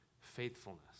faithfulness